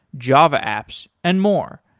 java apps and more.